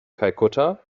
kalkutta